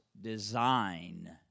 design